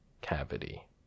cavity